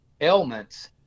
ailments